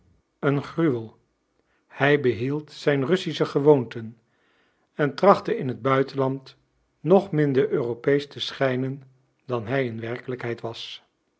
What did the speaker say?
een gruwel hij behield zijn russische gewoonten en trachtte in het buitenland nog minder europeesch te schijnen dan hij in werkelijkheid was